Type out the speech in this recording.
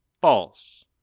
False